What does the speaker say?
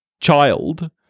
child